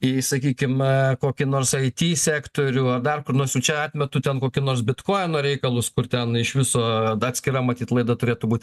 į sakykim kokį nors ai ti sektorių ar dar kur nors jau čia atmetu ten kokį nors bitkoino reikalus kur ten iš viso atskira matyt laida turėtų būt